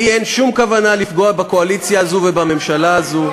לי אין שום כוונה לפגוע בקואליציה הזו ובממשלה הזו,